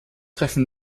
treffen